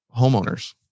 homeowners